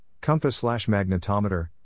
compass-slash-magnetometer